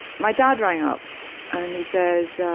my dad rang up and he says,